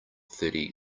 thirty